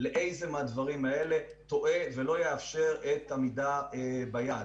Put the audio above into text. לאיזה מהדברים האלה טועה ולא יאפשר עמידה ביעד.